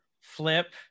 flip